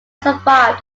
survived